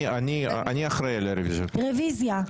רביזיה.